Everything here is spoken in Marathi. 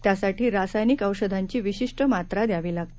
त्यासाठी रासायनिक औषधांची विशिष्ट मात्रा द्यावी लागते